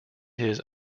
his